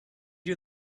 you